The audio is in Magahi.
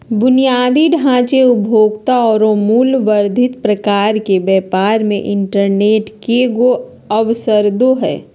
बुनियादी ढांचे, उपभोक्ता औरो मूल्य वर्धित प्रकार के व्यापार मे इंटरनेट केगों अवसरदो हइ